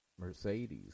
Mercedes